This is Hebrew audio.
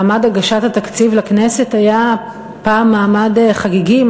מעמד הגשת התקציב לכנסת היה פעם מעמד חגיגי,